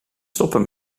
stoppen